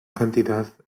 cantidad